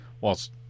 whilst